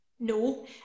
No